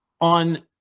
on